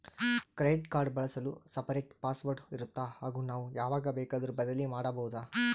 Credit card ಬಳಸಲು separate password ಇರುತ್ತಾ ಹಾಗೂ ನಾವು ಯಾವಾಗ ಬೇಕಾದರೂ ಬದಲಿ ಮಾಡಬಹುದಾ?